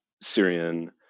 Syrian